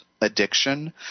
addiction